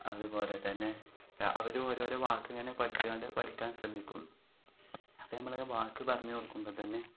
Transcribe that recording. അതുപോലെ തന്നെ അവർ ഓരോരോ വാക്ക് ഇങ്ങനെ പഠിച്ചിക്കാണ്ട് പഠിക്കാൻ ശ്രമിക്കും അപ്പം നമ്മളെ വാക്ക് പറഞ്ഞ് കൊടുക്കുമ്പോൾ തന്നെ